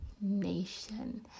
nation